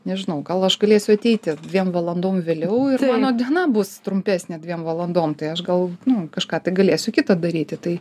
nežinau gal aš galėsiu ateiti dviem valandom vėliau ir mano diena bus trumpesnė dviem valandom tai aš gal nu kažką tai galėsiu kitą daryti tai